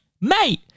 mate